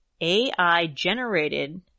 AI-generated